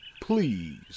please